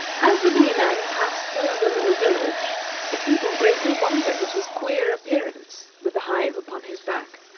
as the bee-man passed through the little village the people greatly wondered at his queer appearance, with the hive upon his back.